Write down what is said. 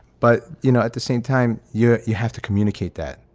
but, you know, at the same time, yeah you have to communicate that.